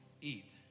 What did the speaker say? eat